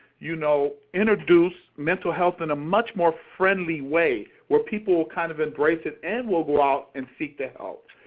you know, introduce mental health in a much more friendly way where people will kind of embrace it and will go out and seek the health.